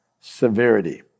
severity